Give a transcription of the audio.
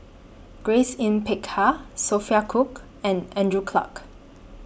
Grace Yin Peck Ha Sophia Cooke and Andrew Clarke